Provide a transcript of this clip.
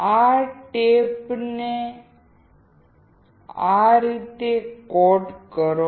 આ ટેપને આ રીતે કોટ કરો